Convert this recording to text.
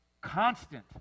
constant